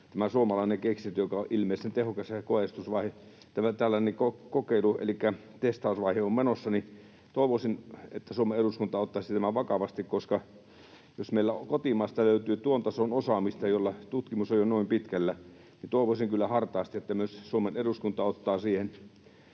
Tämä suomalainen keksintö on ilmeisen tehokas, ja tällainen testausvaihe on menossa, joten toivoisin, että Suomen eduskunta ottaisi tämän vakavasti. Jos meillä kotimaasta löytyy tuon tason osaamista ja tutkimus on jo noin pitkällä, niin toivoisin kyllä hartaasti, että myös Suomen eduskunta ottaa siitä